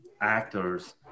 actors